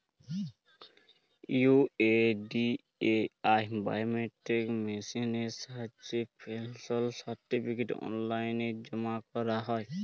UIDAI biometric মেসিলের সাহায্যে পেলশল সার্টিফিকেট অললাইল জমা ক্যরা যায়